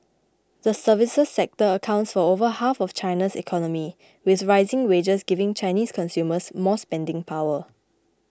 the services sector accounts for over half of China's economy with rising wages giving Chinese consumers more spending power